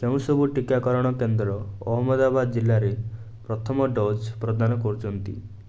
କେଉଁ ସବୁ ଟିକାକରଣ କେନ୍ଦ୍ର ଅହମ୍ମଦାବାଦ ଜିଲ୍ଲାରେ ପ୍ରଥମ ଡୋଜ୍ ପ୍ରଦାନ କରୁଛନ୍ତି